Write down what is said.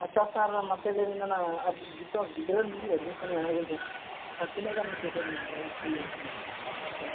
ᱟᱪᱪᱷᱟ ᱥᱟᱨ ᱢᱟᱥᱮ ᱞᱟᱹᱭ ᱵᱮᱱ ᱚᱱᱟ ᱜᱤᱛᱟᱹ ᱜᱤᱫᱽᱨᱟᱹ ᱞᱤᱧ ᱮᱰᱢᱤᱥᱚᱱᱮᱭᱟ ᱟᱹᱵᱤᱱ ᱴᱷᱮᱱ ᱮᱱᱠᱷᱟᱱ ᱛᱤᱱᱟᱹᱜ ᱜᱟᱱ ᱯᱩᱭᱥᱟᱹ ᱞᱤᱧ ᱤᱫᱤᱭᱟ ᱤᱭᱟᱹ ᱵᱟᱠᱷᱟᱨᱟ ᱮᱰᱢᱤᱥᱚᱱ